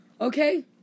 okay